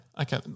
Okay